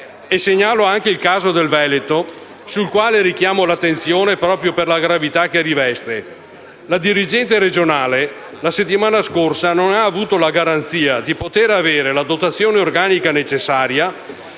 Segnalo anche il caso del Veneto, sul quale richiamo l'attenzione proprio per la gravità che riveste: la dirigente regionale la settimana scorsa non ha avuto la garanzia di poter avere la dotazione organica necessaria